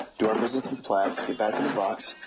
do our business at platts', get back in the box.